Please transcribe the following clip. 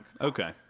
Okay